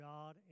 God